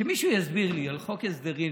שמישהו יסביר לי על חוק הסדרים,